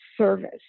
service